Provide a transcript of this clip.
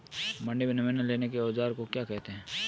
मंडी में नमूना लेने के औज़ार को क्या कहते हैं?